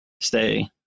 stay